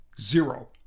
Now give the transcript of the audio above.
zero